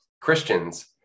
Christians